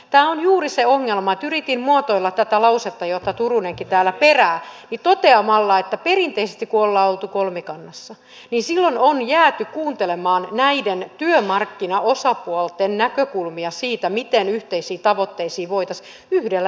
tämä on juuri se ongelma yritin muotoilla tätä lausetta jota turunenkin täällä perää toteamalla että perinteisesti kun ollaan oltu kolmikannassa niin silloin on jääty kuuntelemaan näiden työmarkkinaosapuolten näkökulmia siitä miten yhteisiin tavoitteisiin voitaisiin yhdellä esityksellä päästä